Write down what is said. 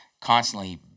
constantly